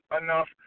enough